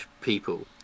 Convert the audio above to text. people